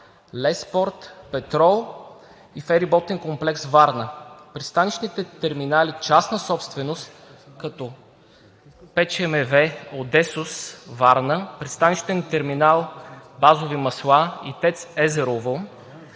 „Леспорт“, „Петрол“ и „Фериботен комплекс Варна“. Пристанищните терминали частна собственост, като ПЧМВ Одесос – Варна, пристанищен терминал „Базови масла“ и ТЕЦ „Езерово“,